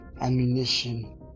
ammunition